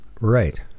Right